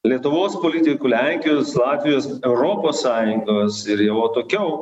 lietuvos politikų lenkijos latvijos europos sąjungos ir jau atokiau